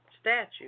statue